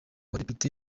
badepite